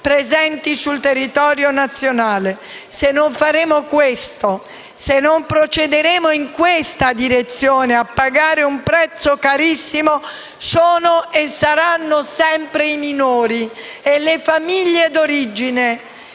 presenti sul territorio nazionale. Se non faremo questo, se non procederemo in questa direzione, a pagare un prezzo carissimo sono e saranno sempre i minori e le famiglie d'origine,